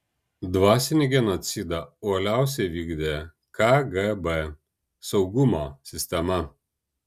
dvasinį genocidą uoliausiai vykdė kgb saugumo sistema